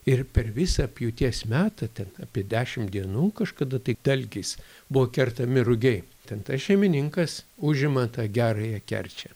ir per visą pjūties metą ten apie dešimt dienų kažkada tai dalgiais buvo kertami rugiai ten tas šeimininkas užima tą gerąją kerčią